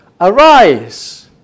arise